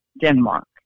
Denmark